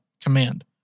command